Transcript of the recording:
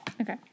Okay